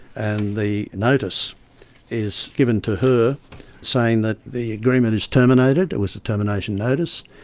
and the notice is given to her saying that the agreement is terminated, it was a termination notice,